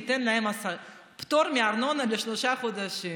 ניתן להם פטור מארנונה לשלושה חודשים.